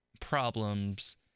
problems